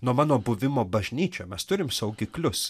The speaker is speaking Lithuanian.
nuo mano buvimo bažnyčioj mes turim saugiklius